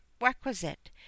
requisite